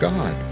God